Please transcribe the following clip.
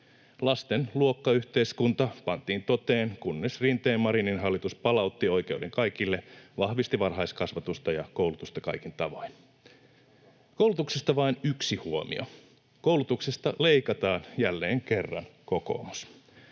Lasten luokkayhteiskunta pantiin toteen, kunnes Rinteen—Marinin hallitus palautti oikeuden kaikille, vahvisti varhaiskasvatusta ja koulutusta kaikin tavoin. Koulutuksesta vain yksi huomio: koulutuksesta leikataan jälleen kerran, kokoomus.